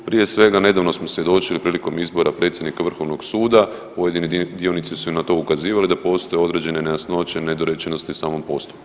Prije svega nedavno smo svjedočili prilikom izbora predsjednika Vrhovnog suda, pojedini dionici su na to ukazivali da postoje određene nejasnoće, nedorečenosti u samom postupku.